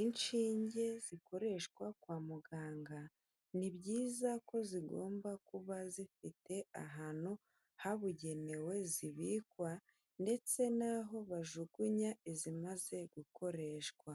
Inshinge zikoreshwa kwa muganga, ni byiza ko zigomba kuba zifite ahantu habugenewe zibikwa ndetse n'aho bajugunya izimaze gukoreshwa